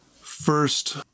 first